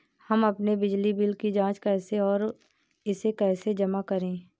हम अपने बिजली बिल की जाँच कैसे और इसे कैसे जमा करें?